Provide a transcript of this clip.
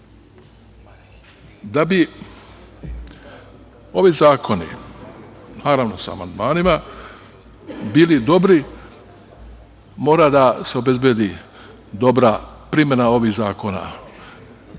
bi ovi zakoni, naravno sa amandmanima, bili dobri mora da se obezbedi dobra primena ovih zakona.